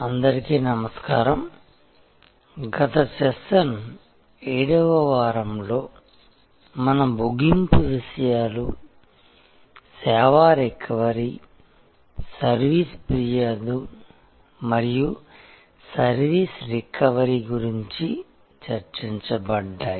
అందరికీ నమస్కారం గత సెషన్ 7 వ వారంలో మన ముగింపు విషయాలు సేవా రికవరీ సర్వీస్ ఫిర్యాదు మరియు సర్వీస్ రికవరీ గురించి చర్చించబడ్డాయి